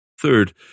Third